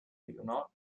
elionor